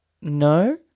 No